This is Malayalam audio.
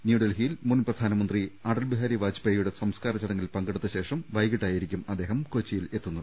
ന്യൂഡൽഹിയിൽ മുൻ പ്രധാനമന്ത്രി അടൽ ബിഹാരി വാജ്പേ യിയുടെ സംസ്കാരചടങ്ങിൽ പങ്കെടുത്തശേഷം വൈകിട്ടായി രിക്കും അദ്ദേഹം കൊച്ചിയിൽ എത്തുന്നത്